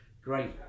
great